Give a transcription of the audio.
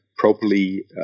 Properly